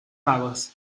magos